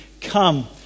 come